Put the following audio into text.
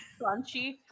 crunchy